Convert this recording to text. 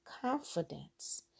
confidence